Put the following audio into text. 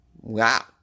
Wow